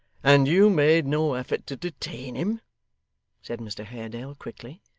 and you made no effort to detain him said mr haredale quickly.